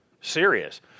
serious